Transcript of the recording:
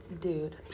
dude